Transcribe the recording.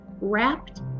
wrapped